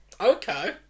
Okay